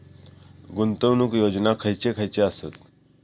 गुंतवणूक योजना खयचे खयचे आसत?